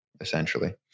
essentially